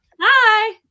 hi